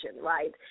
right